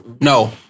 No